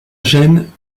gênes